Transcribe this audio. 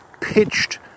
pitched